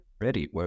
ready